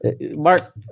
Mark